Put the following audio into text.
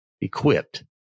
equipped